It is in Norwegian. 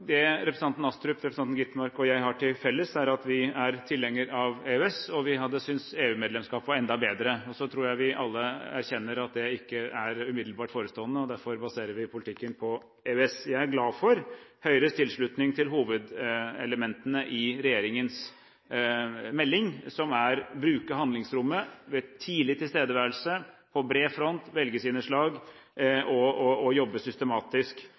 vi er tilhengere av EØS, og vi hadde syntes EU-medlemskap var enda bedre. Så tror jeg vi alle erkjenner at det ikke er umiddelbart forestående, og derfor baserer vi politikken på EØS. Jeg er glad for Høyres tilslutning til hovedelementene i regjeringens melding, som er å bruke handlingsrommet ved tidlig tilstedeværelse på bred front, velge sine slag og jobbe systematisk.